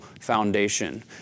foundation